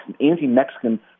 anti-Mexican